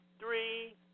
three